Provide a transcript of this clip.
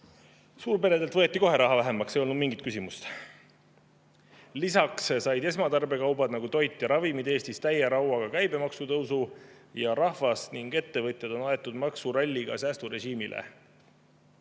Suurperedelt võeti kohe raha vähemaks, ei olnud mingit küsimust. Lisaks said esmatarbekaubad, nagu toit ja ravimid, Eestis täie rauaga käibemaksutõusu ning rahvas ja ettevõtjad on aetud maksuralliga säästurežiimile.